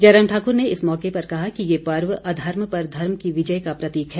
जयराम ठाकर ने इस मौके पर कहा कि ये पर्व अधर्म पर धर्म की विजय का प्रतीक है